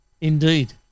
indeed